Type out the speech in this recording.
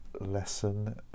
lesson